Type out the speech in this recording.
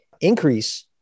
increase